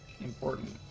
important